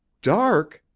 dark!